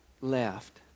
left